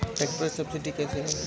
Tractor पर subsidy कैसे मिली?